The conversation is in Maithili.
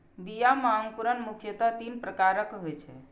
बीया मे अंकुरण मुख्यतः तीन प्रकारक होइ छै